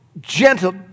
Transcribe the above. Gentle